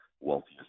wealthiest